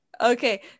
Okay